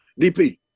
DP